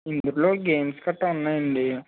ఇందులో గేమ్స్ గట్రా ఉన్నాయండి